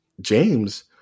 James